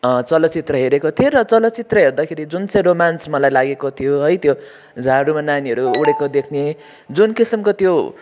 चलचित्र हेरेको थिएँ र चलचित्र हेरदाखेरि जुन चाहिँ रोमान्स मलाई लागेको थियो है त्यो झाडुमा नानीहरू उडेको देख्ने जुन किसिमको त्यो